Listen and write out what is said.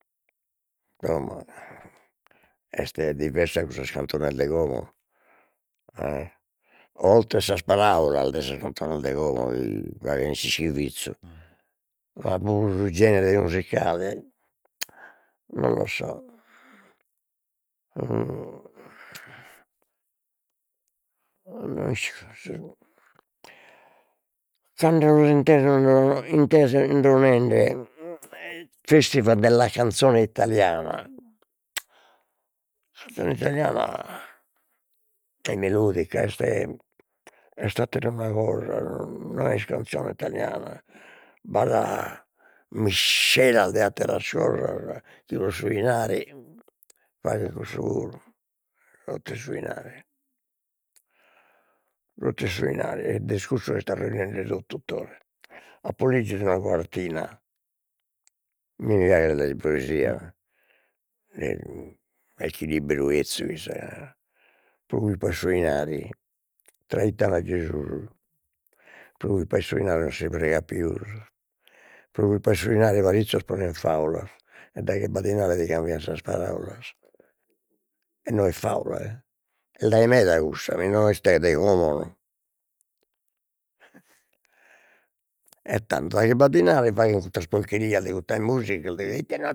est diversa cussas cantones de como e oltre sas paraulas de sas cantones de como faghen s'ischivizzu, ma puru su genere musicale non lo so no isco su tando intesos 'odolende festival della canzone italiana canzone italiana melodica, est attera una cosa, no est canzone italiana, b'at de atteras cosas pius, pro su 'inari faghen cussu totu e' su 'inari totu est su 'inari, e est cussu chi est arruinende totu Tore apo leggidu una quartina a mie mi piaghet le poesia, e carchi libberu 'ezzu pro culpa 'e su 'inari trait'an a Gesùs pro culpa 'e su 'inari, non si pregat pius pro culpa 'e su 'inari parizzos ponen faulas, e daghi b'at dinari li cambian sas paraulas e no est faula e est dai meda cussa mi no est Deus como e tando daghi b'at dinari faghen custas porcherias de custas musicas de ite no